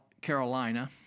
Carolina